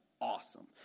awesome